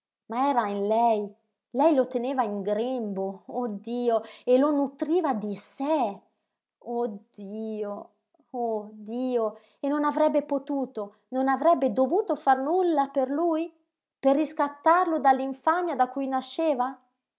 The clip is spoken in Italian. ma era in lei lei lo teneva in grembo oh dio e lo nutriva di sé oh dio oh dio e non avrebbe potuto non avrebbe dovuto far nulla per lui per riscattarlo dall'infamia da cui nasceva